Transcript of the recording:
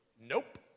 Nope